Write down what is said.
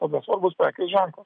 tuomet svarbus prekės ženklas